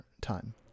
time